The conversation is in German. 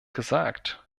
gesagt